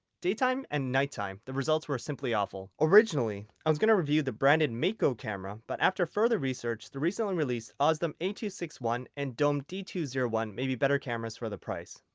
daytime and night-time, the results were simply awful. originally i was going to review the branded matego camera but after further research the recently-released ausdom a two six one and dome d two zero one may be better cameras for the price.